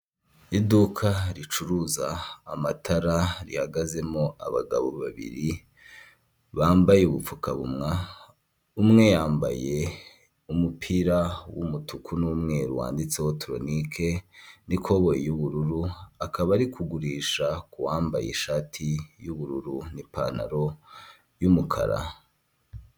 Inzu y'ubucuruzi m'ibara ry'ubururu, umuhondo yanditseho amagambo rebanoni hoteli utuyira tunyurwa mo n'abanyamaguru ibidukikije birimo indabo ndetse ibara ry'umukara n'umweru.